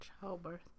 Childbirth